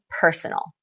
personal